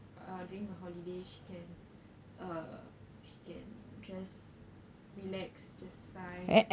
uh during the holiday she can err she can just relax just find